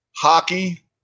Hockey